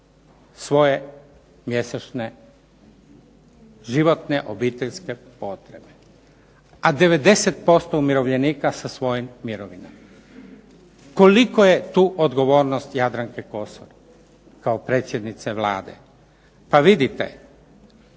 svoje mjesečne životne obiteljske potrebe, a 90% umirovljenika sa svojim mirovinama. Koliko je tu odgovornost Jadranke Kosor kao predsjednice Vlade? Pa vidite,